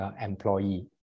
employee